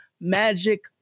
magic